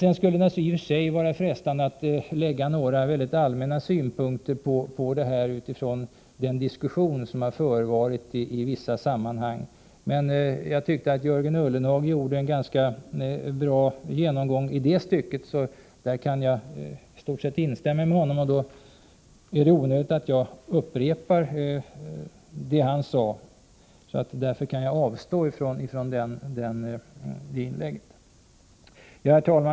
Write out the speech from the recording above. Sedan skulle det i och för sig vara frestande att anlägga några mycket allmänna synpunkter utifrån den diskussion som förevarit i vissa sammanhang. Jag tyckte emellertid att Jörgen Ullenhag i det stycket gjorde en ganska bra genomgång, där jag i stort sett kan instämma med honom. Det är onödigt att jag upprepar det som han sade, och därför kan jag avstå från inlägg i det avseendet.